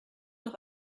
doch